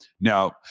Now